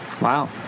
Wow